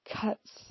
cuts